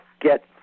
get